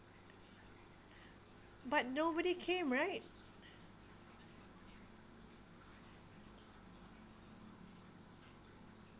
but nobody came right